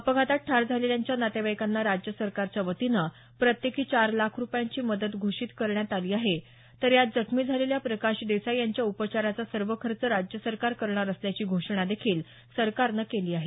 अपघातात ठार झालेल्यांच्या नातेवाईकांना राज्य सरकारच्या वतीनं प्रत्येकी चार लाख रूपयांची मदत घोषित करण्यात आली आहे तर यात जखमी झालेल्या प्रकाश देसाई यांच्या उपचाराचा सर्व खर्च राज्य सरकार करणार असल्याची घोषणा देखील सरकारनं केली आहे